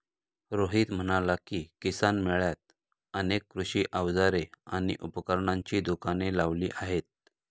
रोहित म्हणाला की, किसान मेळ्यात अनेक कृषी अवजारे आणि उपकरणांची दुकाने लावली आहेत